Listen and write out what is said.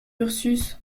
ursus